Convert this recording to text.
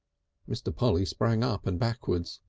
mr. polly sprang up and backwards,